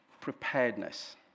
preparedness